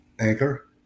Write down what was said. Anchor